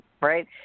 right